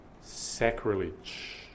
sacrilege